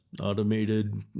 automated